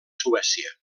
suècia